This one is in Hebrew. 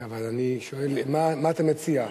אבל אני שואל מה אתה מציע,